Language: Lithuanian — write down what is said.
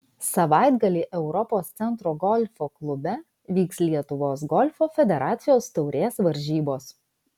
savaitgalį europos centro golfo klube vyks lietuvos golfo federacijos taurės varžybos